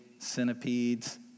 centipedes